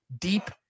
deep